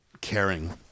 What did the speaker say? caring